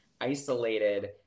isolated